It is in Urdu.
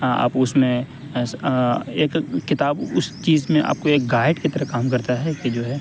آپ اس میں ایک کتاب اس چیز میں آپ کو ایک گائیڈ کی طرح کام کرتا ہے کہ جو ہے